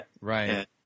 right